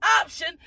option